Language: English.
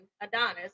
Adonis